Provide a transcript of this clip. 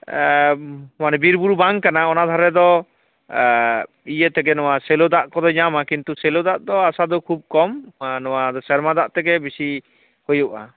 ᱢᱟᱱᱮ ᱵᱤᱨ ᱵᱩᱨᱩ ᱵᱟᱝ ᱠᱟᱱᱟ ᱚᱱᱟ ᱫᱷᱟᱨᱮ ᱫᱚ ᱤᱭᱟᱹ ᱛᱮᱜᱮ ᱱᱚᱣᱟ ᱥᱮᱞᱳ ᱫᱟᱜ ᱠᱚᱫᱚᱭ ᱧᱟᱢᱟ ᱠᱤᱱᱛᱩ ᱥᱮᱞᱳ ᱫᱟᱜ ᱫᱚ ᱟᱥᱟ ᱫᱚ ᱠᱷᱩᱵ ᱠᱚᱢ ᱱᱚᱣᱟ ᱥᱮᱨᱢᱟ ᱫᱜ ᱛᱮᱜᱮ ᱵᱤᱥᱤ ᱦᱩᱭᱩᱜᱼᱟ